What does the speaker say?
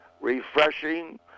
refreshing